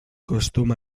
costum